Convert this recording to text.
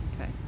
Okay